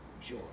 joy